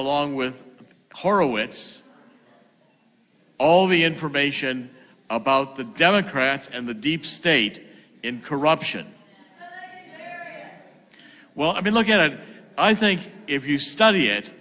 horowitz all the information about the democrats and the deep state in corruption well i mean look at it i think if you study it